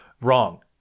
Wrong